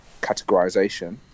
categorization